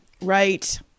Right